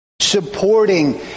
supporting